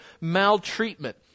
maltreatment